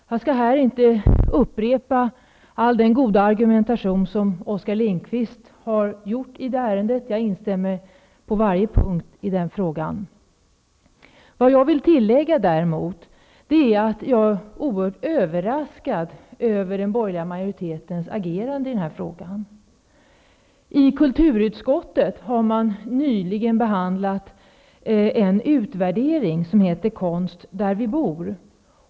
Jag skall här inte upprepa all den goda argumentation som Oskar Lindkvist har framfört i ärendet. Jag instämmer på varje punkt i den. Jag vill däremot tillägga att jag är oerhört överraskad över den borgerliga majoritetens agerande i denna fråga. I kulturutskottet har man nyligen behandlat en utvärdering som har rubricerats Konst där vi bor.